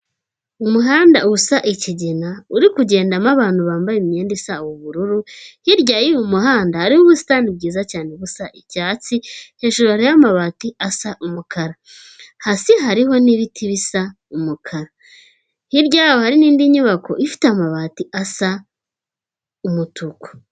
Umuhanda usa ikigina uri kugendamo abantu bambaye imyenda isa ubururu, hirya y'uyu muhanda hariho ubusitani bwiza cyane busa icyatsi, hejuru ya'mabati asa umukara, hasi hariho n'ibiti bisa umukara, hirya hari'indi nyubako ifite amabati asa umutuku.